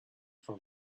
for